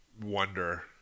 wonder